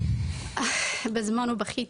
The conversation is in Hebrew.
בזמנו בכיתי,